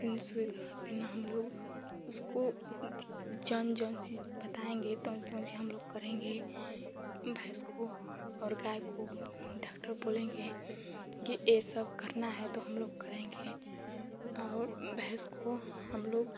फिर सूई हमलोग उसको जौन जौन चीज़ बताएँगे तौन तौन चीज़ हमलोग करेंगे भैँस को और गाय को डॉक्टर बोलेंगे कि यह सब करना है तो हमलोग करेंगे और भैँस को हमलोग